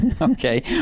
Okay